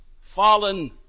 fallen